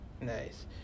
nice